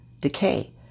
decay